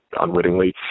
unwittingly